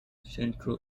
central